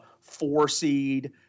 four-seed